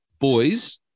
boys